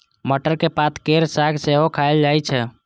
मटरक पात केर साग सेहो खाएल जाइ छै